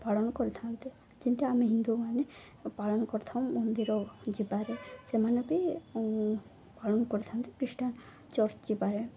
ପାଳନ କରିଥାନ୍ତି ଯେିତି ଆମେ ହିନ୍ଦୁମାନେ ପାଳନ କରିଥାଉ ମନ୍ଦିର ଯିବାରେ ସେମାନେ ବି ପାଳନ କରିଥାନ୍ତି ଖ୍ରୀଷ୍ଟିଆନ ଚର୍ଚ୍ଚ ଯିବାରେ